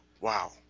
Wow